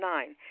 Nine